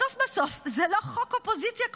בסוף בסוף זה לא חוק אופוזיציה קואליציה,